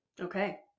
Okay